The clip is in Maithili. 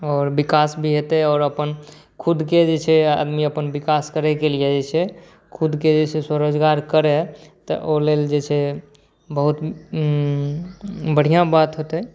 आओर विकास भी हेतै आओर अपन खुदके जे छै आदमी अपन विकास करै के लिए जे छै खुदके जे छै स्वरोजगार करै तऽ ओहि लेल जे छै बहुत बढ़िऑं बात होयतै